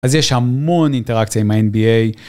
אז יש המון אינטראקציה עם ה-NBA.